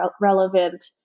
relevant